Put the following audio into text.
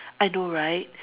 I know right